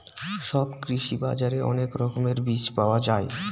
সব কৃষি বাজারে অনেক রকমের বীজ পাওয়া যায়